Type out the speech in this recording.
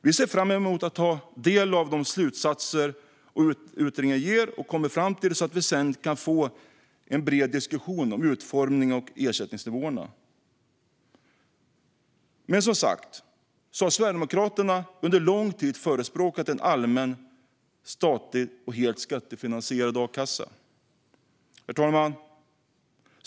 Vi ser fram emot att ta del av de slutsatser utredningen kommit fram till så att vi sedan kan få en bred diskussion om utformningen och ersättningsnivåerna. Men som sagt har Sverigedemokraterna under lång tid förespråkat en allmän, statlig och helt skattefinansierad a-kassa. Herr talman!